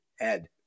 Ed